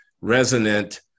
resonant